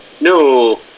No